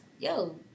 Yo